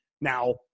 Now